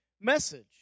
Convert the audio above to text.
message